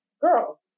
Girl